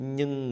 Nhưng